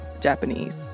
Japanese